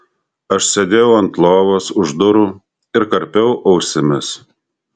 aš sėdėjau ant lovos už durų ir karpiau ausimis